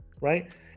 right